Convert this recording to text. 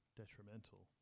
detrimental